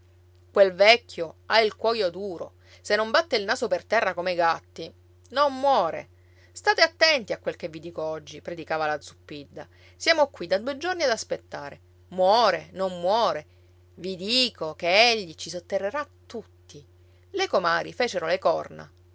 quel vecchio ha il cuoio duro se non batte il naso per terra come i gatti non muore state attenti a quel che vi dico oggi predicava la zuppidda siamo qui da due giorni ad aspettare muore non muore i dico che egli ci sotterrerà tutti le comari fecero le corna